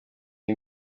iyi